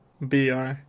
BR